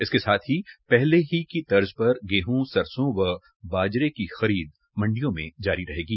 इसके साथ ही पहले की तर्ज पर ही गेहं सरसो व बाजरे की खरीद मंडियों में जारी रहेगी